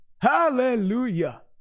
Hallelujah